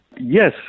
Yes